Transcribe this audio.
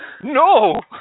No